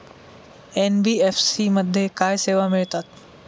NBFC मध्ये काय सेवा मिळतात?